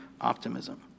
optimism